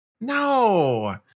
No